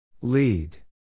Lead